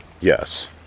yes